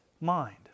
mind